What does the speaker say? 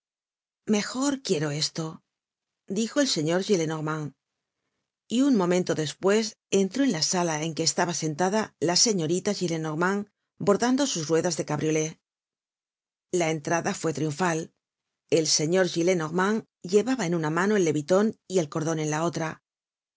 mejor quiero esto dijo el señor gillenormand y un momento despues entró en la sala en que estaba sentada la señorita gillenormand bordando sus ruedas de cabriolé la entrada fue triunfal el señor gillenormand llevaba en una mano el leviton y el cordon en la otra